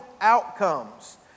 outcomes